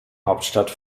hauptstadt